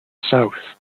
south